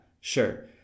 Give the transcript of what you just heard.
sure